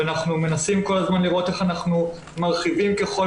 ואנחנו מנסים כל הזמן לראות איך אנחנו מרחיבים ככל